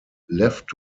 left